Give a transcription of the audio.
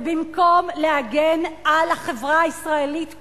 ובמקום להגן על החברה הישראלית כולה,